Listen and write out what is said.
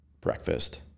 breakfast